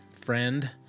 friend